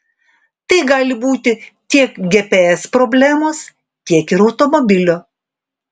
tai gali būti tiek gps problemos tiek ir automobilio